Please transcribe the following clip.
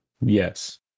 Yes